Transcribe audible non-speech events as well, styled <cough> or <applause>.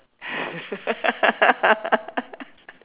<laughs>